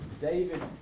David